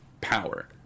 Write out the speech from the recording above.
power